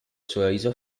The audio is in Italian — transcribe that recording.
sorriso